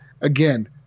Again